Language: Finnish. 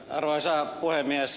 arvoisa puhemies